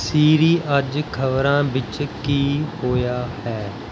ਸੀਰੀ ਅੱਜ ਖਬਰਾਂ ਵਿੱਚ ਕੀ ਹੋਇਆ ਹੈ